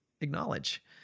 acknowledge